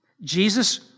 Jesus